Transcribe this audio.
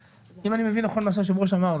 אם אני מבין נכון את מה שהיושב-ראש אמר,